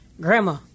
Grandma